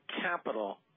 capital